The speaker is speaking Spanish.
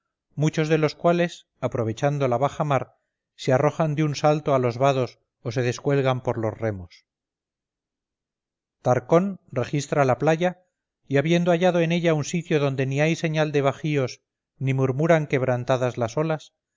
muchos de los cuales aprovechando la baja mar se arrojan de un salto a los vados o se descuelgan por los remos tarcón registra la playa y habiendo hallado en ella un sitio donde ni hay señal de bajíos ni murmuran quebrantadas las olas